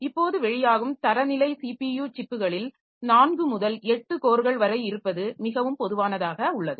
இப்போது வெளியாகும் தரநிலை ஸிபியு சிப்புகளில் 4 முதல் 8 கோர்கள் வரை இருப்பது மிகவும் பொதுவானதாக உள்ளது